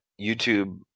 YouTube